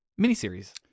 miniseries